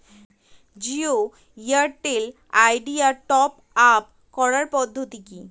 Jio Airtel Idea top up করার পদ্ধতি কি?